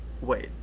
wait